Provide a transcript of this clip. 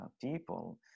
people